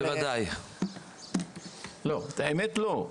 האמת, לא.